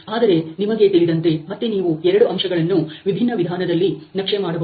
ಆದರೆ ನಿಮಗೆ ತಿಳಿದಂತೆ ಮತ್ತೆ ನೀವು ಎರಡು ಅಂಶಗಳನ್ನು ವಿಭಿನ್ನ ವಿಧಾನದಲ್ಲಿ ನಕ್ಷೆ ಮಾಡಬಹುದು